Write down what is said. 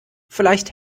vielleicht